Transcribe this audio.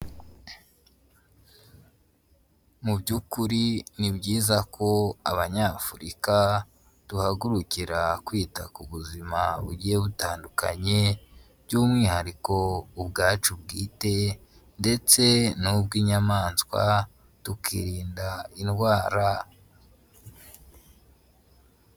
Mu by'ukuri ni byiza ko abanyafurika duhagurukira kwita ku buzima bugiye butandukanye, by'umwihariko ubwacu bwite ndetse n'ubw'inyamaswa tukirinda indwara.